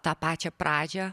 tą pačią pradžią